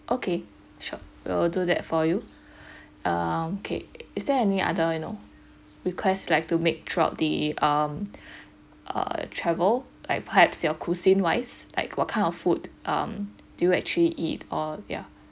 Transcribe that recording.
okay sure we will do that for you um okay is there any other you know request like to make throughout the um err travel like perhaps your cuisine wise like what kind of food um do you actually eat or ya